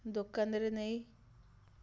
ଦୋକାନରେ ନେଇ